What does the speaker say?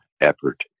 effort